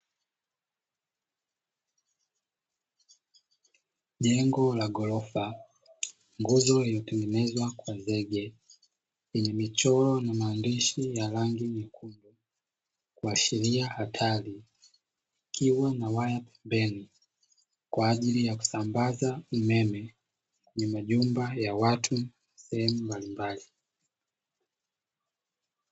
Jengo la ghorofa, nguzo iliyotengenezwa kwa zege yenye michoro na maandishi ya rangi nyekundu, kuashiria hatari kukiwa na waya pembeni kwa ajili ya kusambaza umeme kwenye majumba ya watu sehemu mbalimbali.